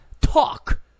talk